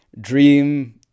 dream